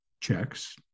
checks